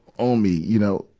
on me, you know.